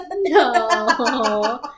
No